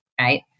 right